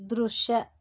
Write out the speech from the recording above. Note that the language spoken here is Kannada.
ದೃಶ್ಯ